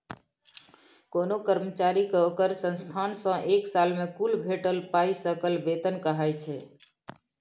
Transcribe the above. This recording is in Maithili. कोनो कर्मचारी केँ ओकर संस्थान सँ एक साल मे कुल भेटल पाइ सकल बेतन कहाइ छै